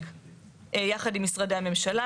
מספק יחד עם משרדי הממשלה.